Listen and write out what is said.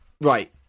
right